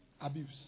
abuse